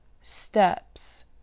steps